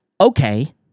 Okay